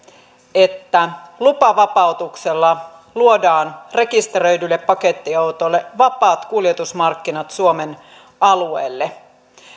että lupavapautuksella luodaan rekisteröidyille pakettiautoille vapaat kuljetusmarkkinat suomen alueelle